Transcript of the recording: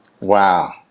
Wow